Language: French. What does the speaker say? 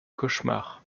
cauchemar